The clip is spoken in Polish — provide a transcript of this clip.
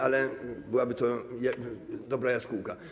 Ale byłaby to dobra jaskółka.